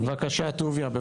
בבקשה, טוביה.